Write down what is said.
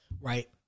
right